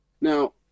Now